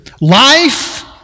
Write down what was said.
Life